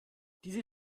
diese